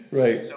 right